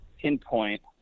pinpoint